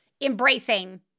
embracing